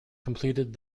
completed